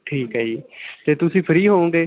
ਠੀਕ ਹੈ ਜੀ ਅਤੇ ਤੁਸੀਂ ਫਰੀ ਹੋਊਗੇ